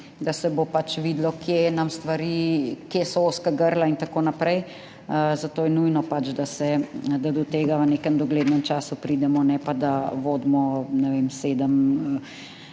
da se bo pač videlo, kje nam stvari, kje so ozka grla in tako naprej, zato je nujno pač, da se da do tega v nekem doglednem času pridemo, ne pa, da vodimo, ne